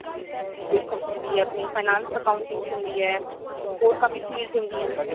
ਜੀ B com ਹੁੰਦੀ ਹੈ ਆਪਣੀ ਫਾਈਨਾਂਸ ਐਕਾਂਊਟਿੰਗ 'ਚ ਹੁੰਦੀ ਹੈ ਹੋਰ ਕਾਫੀ ਫੀਲਡਸ ਹੁੰਦੀਆਂ ਨੇ